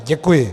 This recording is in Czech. Děkuji.